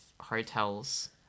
hotels